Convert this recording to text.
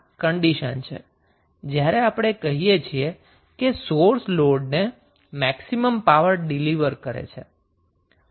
આમ આ કંડિશન છે જ્યારે આપણે કહીયે છીએ કે સોર્સ લોડને મેક્સિમમ પાવર ડિલિવર કરે છે